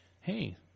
hey